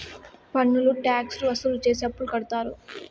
పన్నులు ట్యాక్స్ లు వసూలు చేసి అప్పులు కడతారు